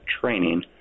training